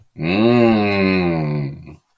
Mmm